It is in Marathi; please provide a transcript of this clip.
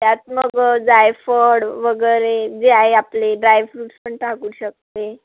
त्यात मग जायफळ वगैरे जे आहे आपले ड्रायफ्रूट्स पण टाकू शकते